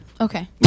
Okay